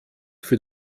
für